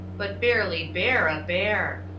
but barely bear a bear.